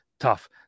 Tough